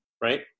right